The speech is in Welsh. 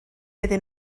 iddyn